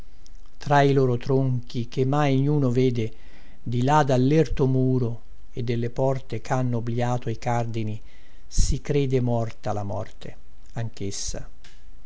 tra i loro tronchi che mai niuno vede di là dellerto muro e delle porte chhanno obliato i cardini si crede morta la morte anchessa